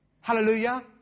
Hallelujah